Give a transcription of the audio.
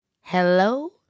hello